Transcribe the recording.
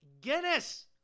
Guinness